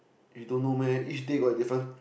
you don't know meh each they got different